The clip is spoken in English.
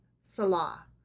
Salah